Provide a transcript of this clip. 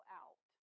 out